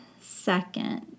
second